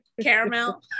Caramel